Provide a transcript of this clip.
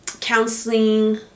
counseling